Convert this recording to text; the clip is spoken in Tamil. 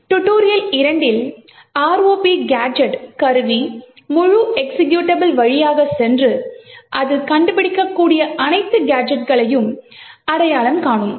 டுடோரியல் 2 ல் ROP கேஜெட் கருவி முழு எக்சிகியூட்டபிள் வழியாக சென்று அது கண்டுபிடிக்கக்கூடிய அனைத்து கேஜெட்களையும் அடையாளம் காணும்